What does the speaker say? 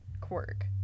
quirk